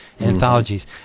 anthologies